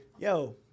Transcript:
yo